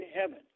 heaven